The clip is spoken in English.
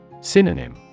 Synonym